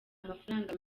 amafaranga